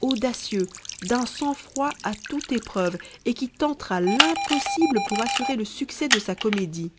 audacieux d'un sang-froid à toute épreuve et qui tentera l'impossible pour assurer le succès de sa comédie